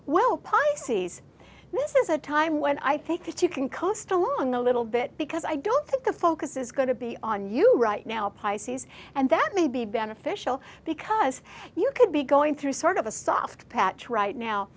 pisces this is a time when i think that you can coast along the little bit because i don't think the focus is going to be on you right now pisces and that may be beneficial because you could be going through sort of a soft patch right now